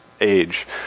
age